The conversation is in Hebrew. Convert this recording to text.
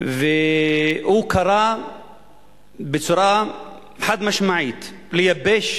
והוא קרא בצורה חד-משמעית לייבש